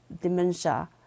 dementia